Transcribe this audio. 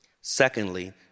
Secondly